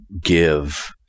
give